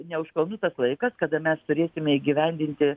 ne už kalnų tas laikas kada mes turėsime įgyvendinti